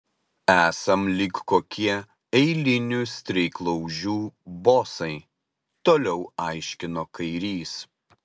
esam lyg kokie eilinių streiklaužių bosai toliau aiškino kairys